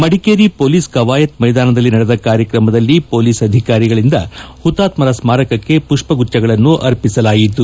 Madikeri police ಕವಾಯತ್ ಮೈದಾನದಲ್ಲಿ ನಡೆದ ಕಾರ್ಯಕ್ರಮದಲ್ಲಿ ಪೊಲೀಸ್ ಅಧಿಕಾರಿಗಳಿಂದ ಹುತಾತ್ಸರ ಸ್ಟಾರಕಕ್ಕೆ ಮಪ್ಪಗುಚ್ಚಗಳನ್ನು ಅರ್ಪಿಸಲಾಯಿತು